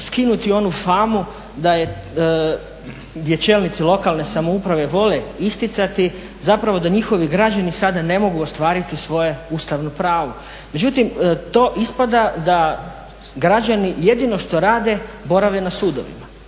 skinuti onu famu da je, gdje čelnici lokalne samouprave vole isticati zapravo da njihovi građani sada ne mogu ostvariti svoje ustavno pravo. Međutim, to ispada da građani jedino što rade borave na sudovima.